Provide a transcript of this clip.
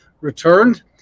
returned